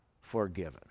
forgiven